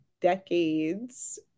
decades